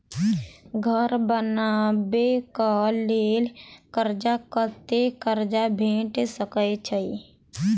घर बनबे कऽ लेल कर्जा कत्ते कर्जा भेट सकय छई?